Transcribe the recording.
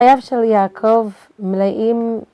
‫חייו של יעקב מלאים...